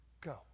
go